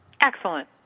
Excellent